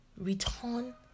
return